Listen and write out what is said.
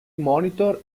monitor